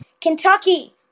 Kentucky